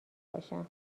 باشم